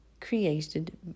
created